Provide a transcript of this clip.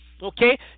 Okay